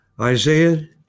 Isaiah